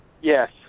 Yes